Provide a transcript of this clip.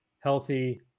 Healthy